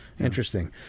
Interesting